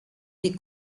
des